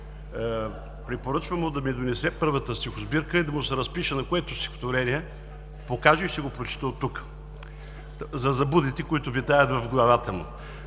Препоръчвам му да ми донесе първата стихосбирка и да му се разпиша на което стихотворение покаже, и ще го прочета оттук – за заблудите, които витаят в главата му.